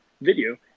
video